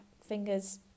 fingers